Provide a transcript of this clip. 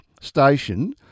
station